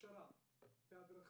הכשרה והדרכה.